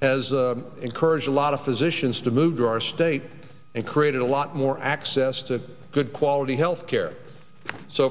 as encourage a lot of physicians to move to our state and create a lot more access to good quality health care so